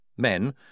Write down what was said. Men